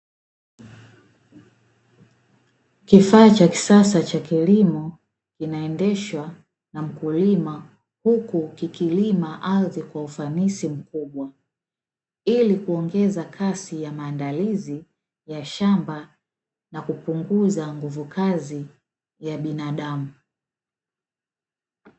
Kifaa cha kisasa cha kilimo ,kinaendeshwa na mkulima huku kikilima ardhi kwa ufanisi mkubwa, ili kuongeza kasi ya maandalizi ya shamba na kupunguza nguvu kazi ya binadamu.